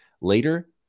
later